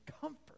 comfort